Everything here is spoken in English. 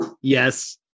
yes